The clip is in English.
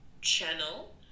channel